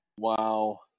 Wow